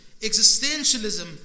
existentialism